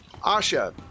asha